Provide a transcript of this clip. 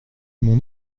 mon